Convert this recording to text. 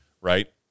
right